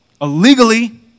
illegally